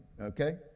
okay